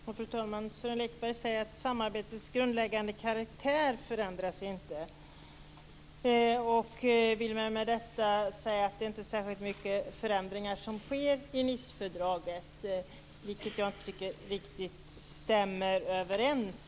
Fru talman! Sören Lekberg säger att samarbetets grundläggande karaktär inte förändras och vill väl med detta säga att det inte är särskilt mycket förändringar som sker i Nicefördraget, vilket jag tycker inte riktigt stämmer.